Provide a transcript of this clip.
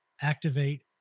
activate